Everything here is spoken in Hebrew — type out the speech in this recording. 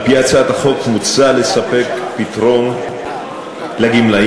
בהצעת החוק מוצע לספק פתרון לגמלאים,